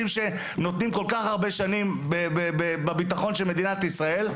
שנותנים כול כך הרבה שנים לביטחון מדינת ישראל,